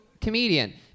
comedian